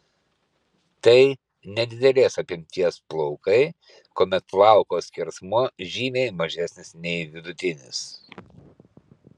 tai nedidelės apimties plaukai kuomet plauko skersmuo žymiai mažesnis nei vidutinis